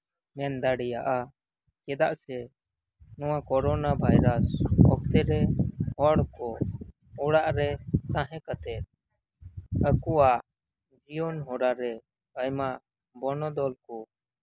ᱢᱮᱱᱫᱟᱲᱮᱭᱟᱜᱼᱟ ᱪᱮᱫᱟᱜ ᱥᱮ ᱱᱚᱶᱟ ᱠᱨᱳᱱᱟ ᱵᱷᱟᱭᱨᱟᱥ ᱚᱠᱛᱮ ᱨᱮ ᱦᱚᱲ ᱠᱚ ᱛᱟᱦᱮᱸ ᱠᱟᱛᱮᱫ ᱟᱠᱚᱣᱟᱜ ᱡᱤᱭᱚᱱ ᱦᱚᱨᱟᱨᱮ ᱟᱭᱢᱟ ᱵᱚᱱᱚᱫᱚᱞ ᱠᱚ